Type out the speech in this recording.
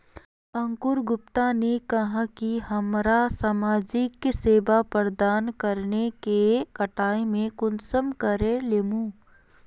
अंकूर गुप्ता ने कहाँ की हमरा समाजिक सेवा प्रदान करने के कटाई में कुंसम करे लेमु?